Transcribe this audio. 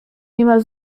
niemal